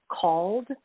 called